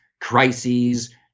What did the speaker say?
crises